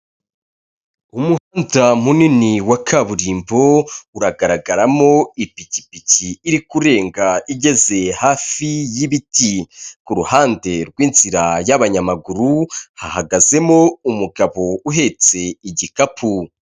Umuhanda munini wa kaburimbo uragaragaramo ipikipiki iri kurenga igeze hafi y'ibiti, kuruhande rw'inzira y'abanyamaguru hahagazemo umugabo uhetse igikapu.